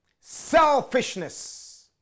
selfishness